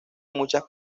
muchas